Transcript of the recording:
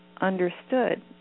understood